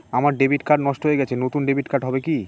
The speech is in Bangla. আমার ডেবিট কার্ড নষ্ট হয়ে গেছে নূতন ডেবিট কার্ড হবে কি?